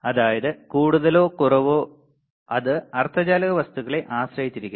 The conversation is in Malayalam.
അതായത് കൂടുതലോ കുറവോ അത് അർദ്ധചാലക വസ്തുക്കളെ ആശ്രയിച്ചിരിക്കുന്നു